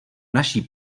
naší